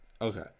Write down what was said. Okay